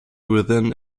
within